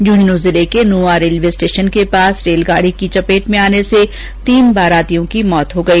झंझनू जिले के Nua railway station के पास रेलगाडी की चपेट में आने से तीन बारातियों की मौत हो गई